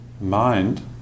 Mind